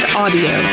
audio